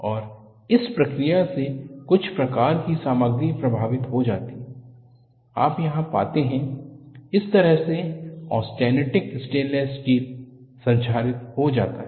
और इस प्रक्रिया से कुछ प्रकार की सामग्री प्रभावित हो जाती है आप यहां पाते हैं इस तरह से ऑस्टेनिटिक स्टेनलेस स्टील संक्षरित हो जाता है